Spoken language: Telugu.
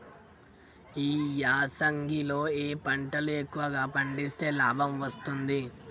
ఈ యాసంగి లో ఏ పంటలు ఎక్కువగా పండిస్తే లాభం వస్తుంది?